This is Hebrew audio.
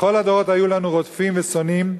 בכל הדורות היו לנו רודפים ושונאים,